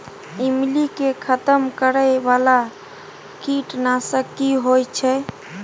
ईमली के खतम करैय बाला कीट नासक की होय छै?